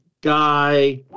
guy